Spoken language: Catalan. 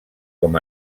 com